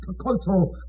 cultural